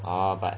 ah but